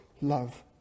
love